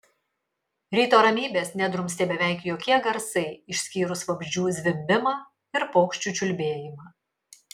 ryto ramybės nedrumstė beveik jokie garsai išskyrus vabzdžių zvimbimą ir paukščių čiulbėjimą